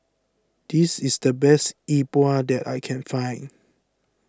this is the best Yi Bua that I can find